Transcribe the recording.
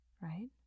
right